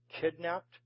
kidnapped